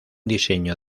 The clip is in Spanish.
diseño